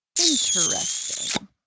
Interesting